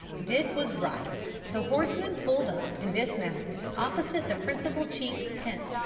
dick was right the horsemen pulled up and dismounted opposite the principal chief's tent,